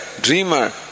dreamer